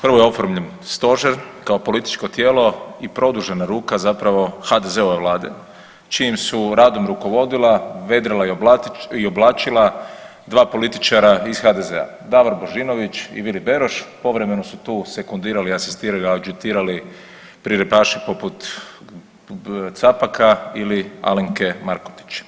Prvo je oformljen stožer kao političko tijelo i produžena ruka zapravo HDZ-ove vlade čijim su radom rukovodila, vedrila i oblačila dva političara iz HDZ-a, Davor Božinović i Vili Beroš, povremeno su tu sekundirali, asistirali i adžitirali … [[Govornik se ne razumije]] poput Capaka ili Alemke Markotić.